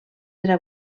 era